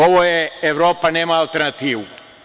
Ovo je – Evropa nema alternativu.